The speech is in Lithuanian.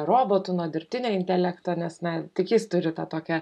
robotų nuo dirbtinio intelekto nes na tik jūs turite tokią